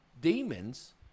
demons